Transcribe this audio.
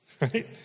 Right